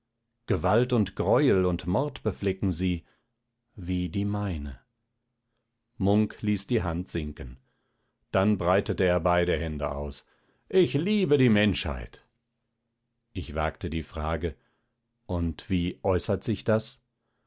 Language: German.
gewalt und greuel und mord beflecken sie wie die meine munk ließ die hand sinken dann breitete er beide hände aus ich liebe die menschheit ich wagte die frage und wie äußert sich das